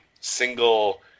single